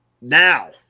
Now